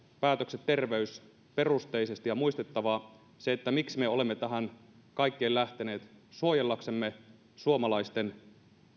päätökset terveysperusteisesti ja muistettava se miksi me olemme tähän kaikkeen lähteneet suojellaksemme suomalaisten